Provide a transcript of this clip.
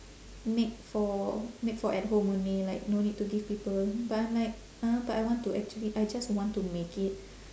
make for make for at home only like no need to give people but I'm like uh but I want to actually I just want to make it